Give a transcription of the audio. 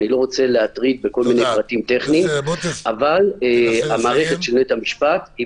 אני לא רוצה להטריד בכל ההיבטים הטכניים אבל המערכת של בית המשפט היא